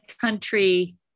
country